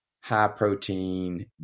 high-protein